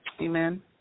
Amen